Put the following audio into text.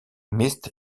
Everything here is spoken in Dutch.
mist